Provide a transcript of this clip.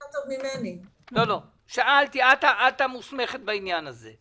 או פטור ממס שכר לעמותות שאינן מוסד ציבורי